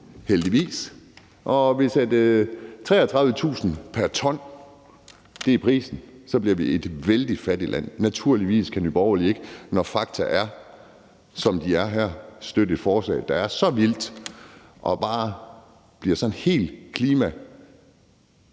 endnu. Hvis 33.000 kr. pr. t er prisen, bliver vi et vældig fattigt land. Naturligvis kan Nye Borgerlige ikke, når fakta er, som de er her, støtte et forslag, som er så vildt og bare bliver sådan helt klimahelligt